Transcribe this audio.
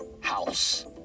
House